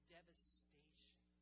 devastation